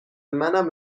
منم